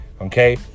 okay